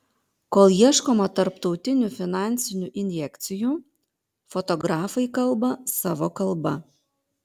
kol ieškoma tarptautinių finansinių injekcijų fotografai kalba savo kalba